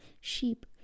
sheep